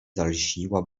zalśniła